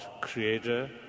creator